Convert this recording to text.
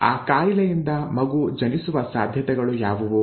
ಆ ಕಾಯಿಲೆಯಿಂದ ಮಗು ಜನಿಸುವ ಸಾಧ್ಯತೆಗಳು ಯಾವುವು